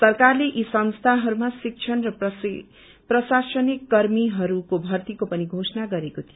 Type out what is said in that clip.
सरकारले यी संस्थाहरूमा शिक्षण र प्रशासनिक कर्मीहरूको भर्तीको पनि घोषणा गरेको थियो